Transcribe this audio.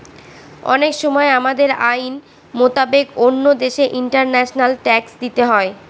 অনেক সময় আমাদের আইন মোতাবেক অন্য দেশে ইন্টারন্যাশনাল ট্যাক্স দিতে হয়